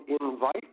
invite